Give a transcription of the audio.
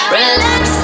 relax